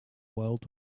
world